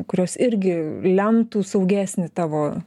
kurios irgi lemtų saugesnį tavo